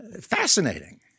fascinating